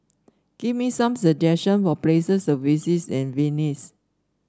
give me some suggestion for places to visit in Vilnius